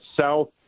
south